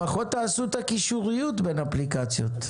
לפחות תעשו את הקישוריות בין אפליקציות.